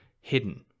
hidden